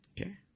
Okay